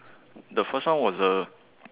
the first one was a